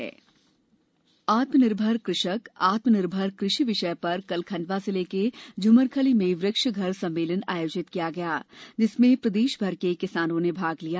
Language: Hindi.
आत्म निर्मर कृषक आत्म निर्भर कृषक आत्म निर्भर कृषि विषय पर कल खण्डवा जिले के झुमरखली में वृक्ष घर सम्मेलन आयोजित किया गया जिसमें प्रदेश भर के किसानों ने भाग लिया